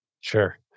Sure